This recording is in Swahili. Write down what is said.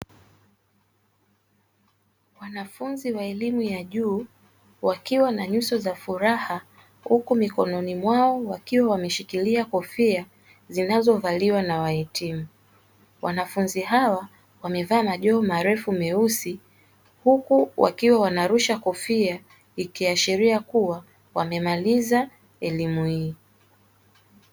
Wanafunzi wa elimu ya juu wakiwa na nyuso za furaha huku mikononi mwao wakiwa wameshikilia kofia zinazovaliwa na wahitimu. Wanafunzi hawa wamevaa majoho marefu meusi, huku wakiwa wanarusha kofia ikiashiria kuwa wamemaliza elimu hiyo.